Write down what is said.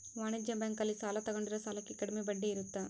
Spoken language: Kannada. ವಾಣಿಜ್ಯ ಬ್ಯಾಂಕ್ ಅಲ್ಲಿ ಸಾಲ ತಗೊಂಡಿರೋ ಸಾಲಕ್ಕೆ ಕಡಮೆ ಬಡ್ಡಿ ಇರುತ್ತ